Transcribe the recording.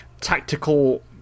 tactical